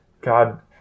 God